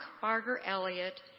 Barger-Elliott